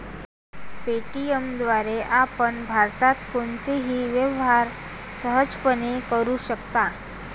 Paytm द्वारे आपण भारतात कोणताही व्यवहार सहजपणे करू शकता